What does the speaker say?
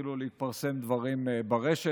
והתחילו להתפרסם דברים ברשת.